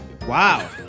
Wow